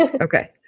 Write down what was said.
Okay